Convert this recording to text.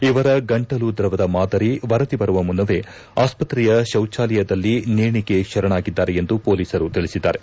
ಇವರ ಗಂಟಲು ದ್ರವದ ಮಾರದಿ ವರದಿ ಬರುವ ಮುನ್ನವೇ ಆಸ್ವತ್ರೆಯ ಶೌಚಾಲಯದಲ್ಲಿ ನೇಣಿಗೆ ಶರಣಾಗಿದ್ದಾರೆ ಎಂದು ಪೊಲೀಸರು ತಿಳಿಸಿದ್ದಾರೆ